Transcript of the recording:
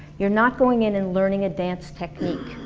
you're not going in and learning a dance technique.